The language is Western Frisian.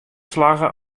slagge